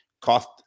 cost –